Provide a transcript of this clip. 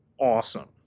awesome